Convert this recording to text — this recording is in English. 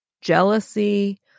jealousy